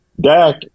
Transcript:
Dak